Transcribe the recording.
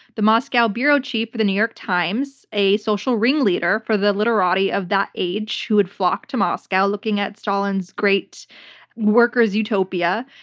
the moscow bureau chief for the new york times, a social ring leader for the literati of that age who would flock to moscow looking at stalin's great worker's utopia.